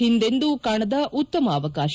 ಹಿಂದೆಂದೂ ಕಾಣದ ಉತ್ತಮ ಅವಕಾಶ